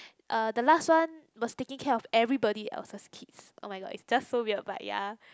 uh the last one was taking care of everybody else's kids oh-my-god is just so weird but ya